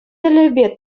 тӗллевпе